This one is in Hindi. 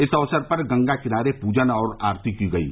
इस अवसर पर गंगा किनारे पूजन और आरती की गयी